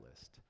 list